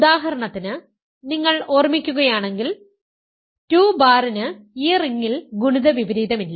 ഉദാഹരണത്തിന് നിങ്ങൾ ഓർമിക്കുകയാണെങ്കിൽ 2 ബാറിന് ഈ റിംഗിൽ ഗുണിത വിപരീതമില്ല